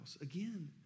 Again